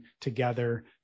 together